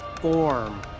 form